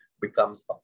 becomes